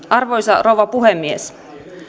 arvoisa rouva puhemies